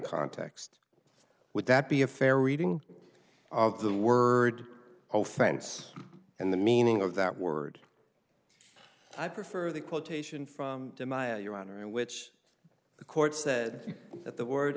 context would that be a fair reading of the word all friends and the meaning of that word i prefer the quotation from your honor in which the court said that the word